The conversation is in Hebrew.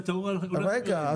אבל רגע,